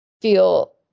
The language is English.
feel